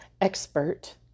Expert